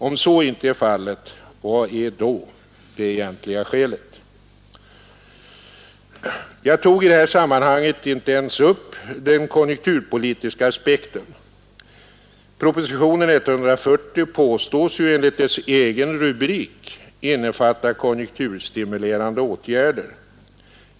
Om så inte är fallet, vad är då det egentliga skälet? Jag tog i det här sammanhanget inte ens upp den konjunkturpolitiska aspekten. Propositionen 140 påstås ju enligt dess egen rubrik innefatta konjunkturstimulerande åtgärder.